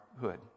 hood